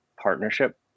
partnership